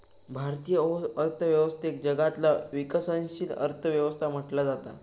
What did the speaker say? भारतीय अर्थव्यवस्थेक जगातला विकसनशील अर्थ व्यवस्था म्हटला जाता